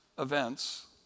events